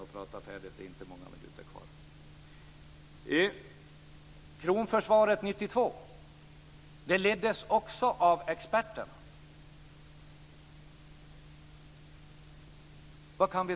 Det var experter.